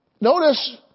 Notice